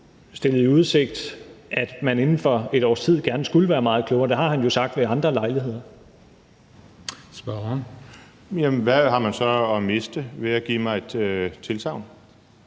stillet i udsigt, at man inden for et års tid gerne skulle være meget klogere. Det har han jo sagt ved andre lejligheder. Kl. 16:54 Den fg. formand (Christian